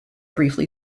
briefly